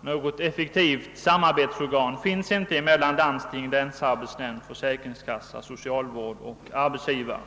Något effektivt samarbetsorgan finns inte mellan landsting, länsarbetsnämnd, socialvård och arbetsgivare.